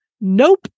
Nope